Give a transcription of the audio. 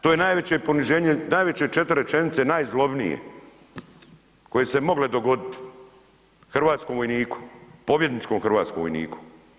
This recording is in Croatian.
To je najveće poniženje, najveće 4 rečenice, najzlobnije koje su se mogle dogodit hrvatskom vojniku, pobjedničkom hrvatskom vojniku.